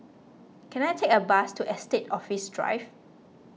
can I take a bus to Estate Office Drive